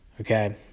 Okay